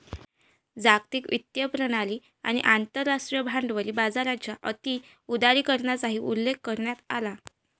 जागतिक वित्तीय प्रणाली आणि आंतरराष्ट्रीय भांडवली बाजाराच्या अति उदारीकरणाचाही उल्लेख करण्यात आला